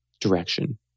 direction